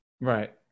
Right